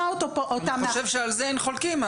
אני חושב שעל זה אין חולקין.